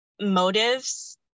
motives